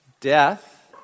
death